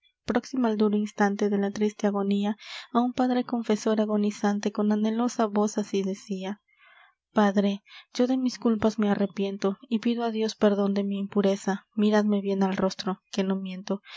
próxima al duro instante de la triste agonía á un padre confesor agonizante con anhelosa voz así decia padre yo de mis culpas me arrepiento y pido á dios perdon de mi impureza miradme bien al rostro que no miento